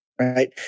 right